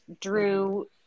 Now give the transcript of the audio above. Drew